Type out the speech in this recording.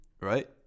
right